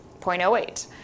0.08